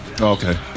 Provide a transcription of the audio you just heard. Okay